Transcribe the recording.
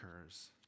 occurs